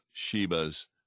Sheba's